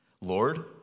Lord